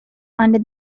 under